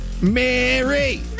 Mary